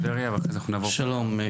שלום, תודה רבה.